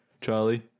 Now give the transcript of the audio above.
Charlie